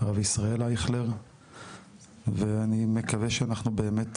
הרב ישראל אייכלר ואני מקווה שאנחנו באמת,